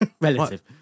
Relative